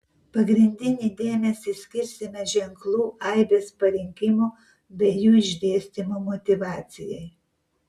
pagrindinį dėmesį skirsime ženklų aibės parinkimo bei jų išdėstymo motyvacijai